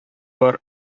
бар